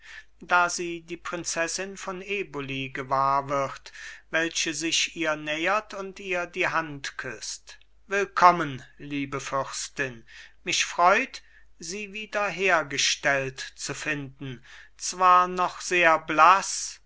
da sie die prinzessin von eboli gewahr wird welche sich ihr nähert und ihr die hand küßt willkommen liebe fürstin mich freut sie wiederhergestellt zu finden zwar noch sehr blaß